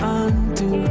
undo